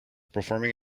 performing